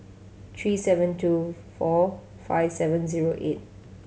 three seven two four five seven zero eight